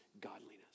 godliness